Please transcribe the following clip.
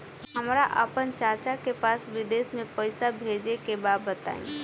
हमरा आपन चाचा के पास विदेश में पइसा भेजे के बा बताई